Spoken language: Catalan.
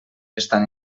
estan